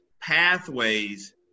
pathways